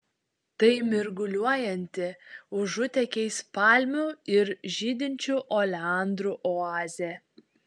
tai mirguliuojanti užutėkiais palmių ir žydinčių oleandrų oazė